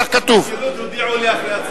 אני מזמין את השר ארדן כשר לשמירת הסביבה.